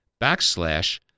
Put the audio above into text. backslash